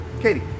Katie